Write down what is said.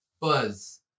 Buzz